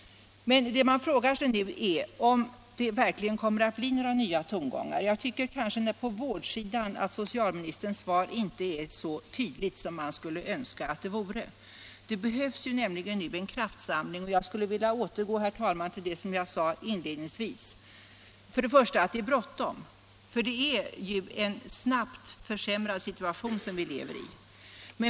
Vad man frågar sig nu är om det verkligen kommer att bli några nya tongår.gar. Jag tycker att när det gäller vårdsidan är socialministerns svar inte så tydligt som man skulle önska att det vore. Det behövs nämligen nu en kraftsamling, och jag skulle vilja återgå, herr talman, till det som jag sade inledningsvis. För det första: Det är bråttom, för det är en snabbt försämrad situation som vi lever i.